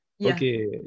Okay